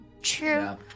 true